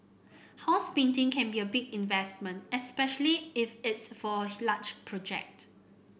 house painting can be a big investment especially if it's for a large project